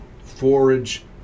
forage